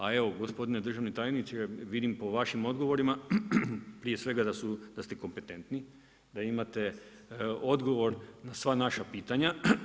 A evo gospodine državni tajniče, vidim po vašim odgovorima prije svega da ste kompetentni, da imate odgovor na sva naša pitanja.